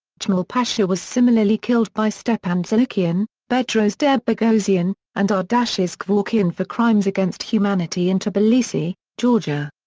djemal pasha was similarly killed by stepan dzaghikian, bedros der boghosian, and ardashes kevorkian for crimes against humanity in tbilisi, georgia.